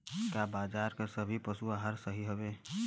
का बाजार क सभी पशु आहार सही हवें?